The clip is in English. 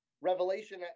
Revelation